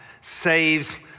saves